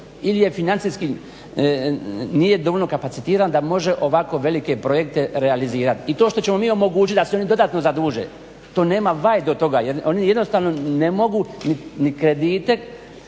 ili je financijski nije dovoljno kapacitiran da može ovako velike projekte realizirati. I to što ćemo mi omogućiti da se oni dodatno zaduže to nema vajde od toga jer oni jednostavno ne mogu ni kredite